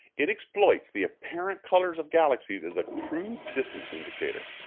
it exploits the apparent colors of galaxies as a crude distance indicator.